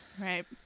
Right